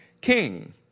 king